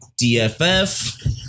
dff